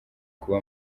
kuba